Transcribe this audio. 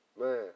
Man